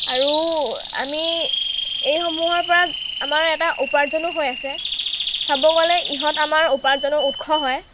আৰু আমি এইসমূহৰ পৰা আমাৰ এটা উপাৰ্জনো হৈ আছে চাব গ'লে ইহঁত আমাৰ উপাৰ্জনৰ উৎস হয়